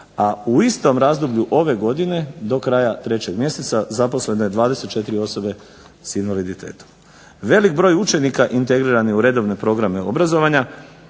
a u istom razdoblju ove godine do kraja 3. mjeseca zaposleno je 24 osobe s invaliditetom. Velik broj učenika integriran je u redovne programe obrazovanja,